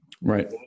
right